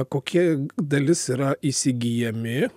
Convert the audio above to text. kokia dalis yra įsigyjami